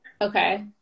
Okay